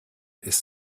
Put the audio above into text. ist